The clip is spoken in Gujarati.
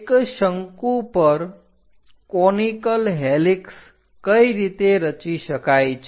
એક શંકુ પર કોનીકલ હેલિક્ષ કઈ રીતે રચી શકાય છે